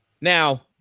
Now